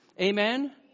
Amen